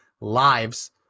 lives